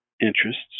interests